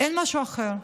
אין משהו אחר.